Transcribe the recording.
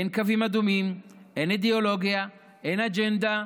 אין קווים אדומים, אין אידיאולוגיה, אין אג'נדה,